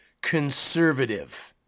conservative